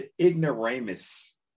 ignoramus